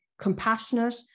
compassionate